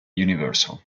universal